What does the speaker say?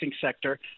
sector